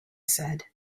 said